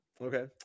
okay